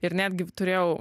ir netgi turėjau